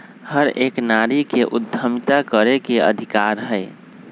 हर एक नारी के उद्यमिता करे के अधिकार हई